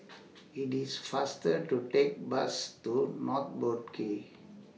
IT IS faster to Take Bus to North Boat Quay